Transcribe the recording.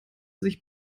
sich